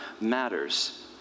matters